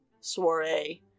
soiree